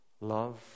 love